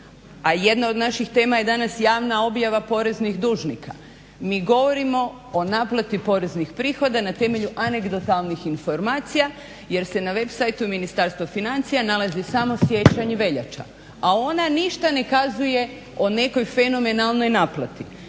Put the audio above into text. jedna od naših tema je danas javna objava poreznih dužnika. Mi govorimo o naplati poreznih prihoda na temelju anegdotalnih informacija jer se na web situ Ministarstva financija nalazi samo siječanj i veljača, a ona ništa ne kazuje o nekoj fenomenalnoj naplati.